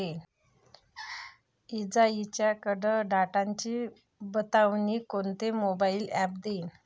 इजाइच्या कडकडाटाची बतावनी कोनचे मोबाईल ॲप देईन?